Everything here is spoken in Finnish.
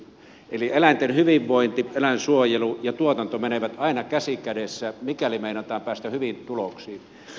eli eläinten hyvinvointi eläinsuojelu ja tuotanto menevät aina käsi kädessä mikäli meinataan päästä hyviin tuloksiin